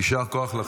יישר כוח, יישר כוח.